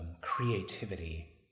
creativity